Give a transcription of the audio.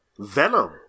Venom